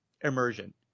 immersion